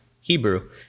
Hebrew